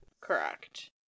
Correct